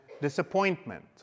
disappointment